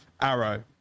Arrow